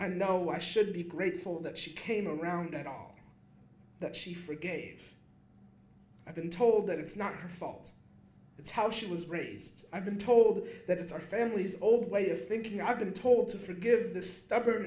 i know why should be grateful that she came around at all that she forgave i've been told that it's not her fault it's how she was raised i've been told that it's our family's old way of thinking i've been told to forgive th